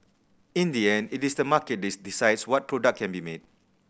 in the end it is the market this decides what product can be made